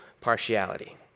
partiality